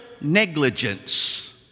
negligence